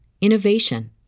innovation